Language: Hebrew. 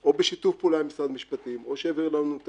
או בשיתוף פעולה עם משרד המשפטים או שיעביר לנו את